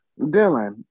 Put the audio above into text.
dylan